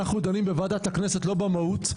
אנחנו דנים בוועדת הכנסת לא במהות,